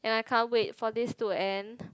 and I can't wait for this to end